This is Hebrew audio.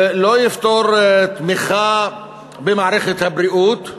לא יפתור תמיכה במערכת הבריאות,